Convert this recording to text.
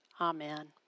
Amen